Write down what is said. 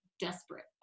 desperate